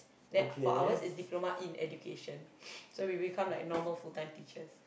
then for ours is diploma in education so we become like normal full-time teachers